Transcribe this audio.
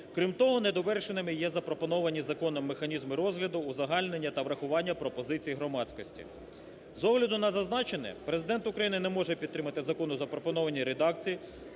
Крім того, недовершеними є запропоновані законом механізми розгляду, узагальнення та врахування пропозицій громадськості. З огляду на зазначене, Президент України не може підтримати закон у запропонованій редакції